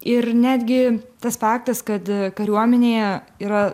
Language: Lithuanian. ir netgi tas faktas kad kariuomenėje yra